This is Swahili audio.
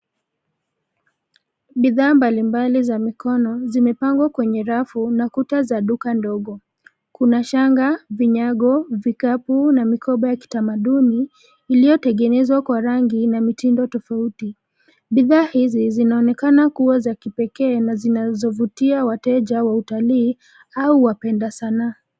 Bidhaa mbalimbali za mikono zimepangwa kwenye rafu na kuta za duka ndogo. Kuna shanga, vinyago, vikapu na mikoba ya kitamaduni iliyotengenezwa kwa rangi na mitindo tofauti. Bidhaa hizi zinaonekana kuwa za kipekee na zinazovutia wateja wa utalii au wapenda sanaa.